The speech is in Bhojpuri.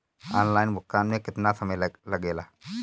ऑनलाइन भुगतान में केतना समय लागेला?